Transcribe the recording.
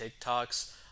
TikToks